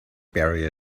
barrier